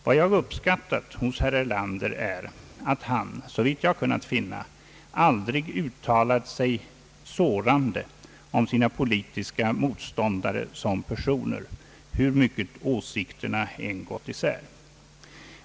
Vad jag uppskattat hos herr Erlander är att han, såvitt jag har kunnat finna, aldrig uttalat sig sårande om sina politiska motståndare som personer, hur mycket åsikterna än gått isär.